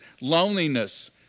loneliness